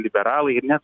liberalai ir net